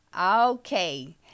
Okay